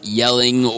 yelling